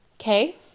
okay